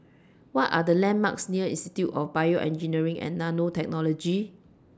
What Are The landmarks near Institute of Bioengineering and Nanotechnology